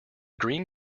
green